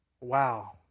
Wow